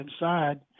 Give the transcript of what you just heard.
inside